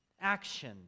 action